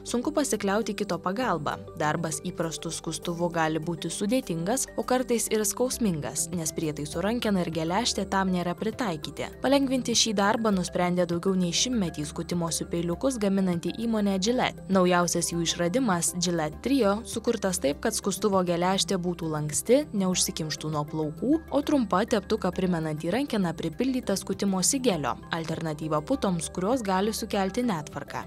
sunku pasikliauti kito pagalba darbas įprastu skustuvu gali būti sudėtingas o kartais ir skausmingas nes prietaiso rankena ir geležtė tam nėra pritaikyti palengvinti šį darbą nusprendė daugiau nei šimtmetį skutimosi peiliukus gaminanti įmonė gillette naujausias jų išradimas gillette trio sukurtas taip kad skustuvo geležtė būtų lanksti neužsikimštų nuo plaukų o trumpa teptuką primenanti rankena pripildyta skutimosi gelio alternatyva putoms kurios gali sukelti netvarką